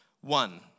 One